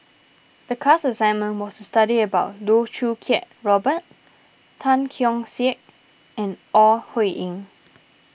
the class assignment was to study about Loh Choo Kiat Robert Tan Keong Saik and Ore Huiying